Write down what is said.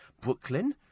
Brooklyn